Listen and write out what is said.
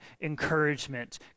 encouragement